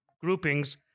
groupings